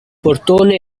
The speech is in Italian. portone